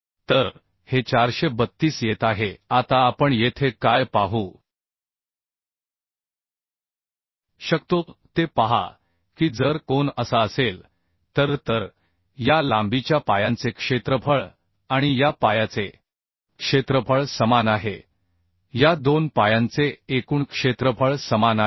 तर हे 432 येत आहे आता आपण येथे काय पाहू शकतो ते पहा की जर कोन असा असेल तर तर या लांबीच्या पायांचे क्षेत्रफळ आणि या पायाचे क्षेत्रफळ समान आहे या 2 पायांचे एकूण क्षेत्रफळ समान आहे